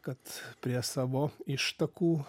kad prie savo ištakų